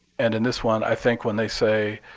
and in this one, i think when they say,